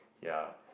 ya